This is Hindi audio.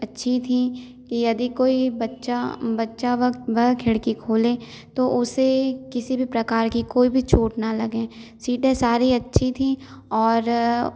अच्छी थी कि यदि कोई बच्चा बच्चा वक वह खिड़की खोले तो उसे किसी भी प्रकार की कोई भी चोट न लगें सीटें सारी अच्छी थीं और